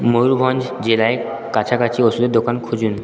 ময়ূরভঞ্জ জেলায় কাছাকাছি ওষুধের দোকান খুঁজুন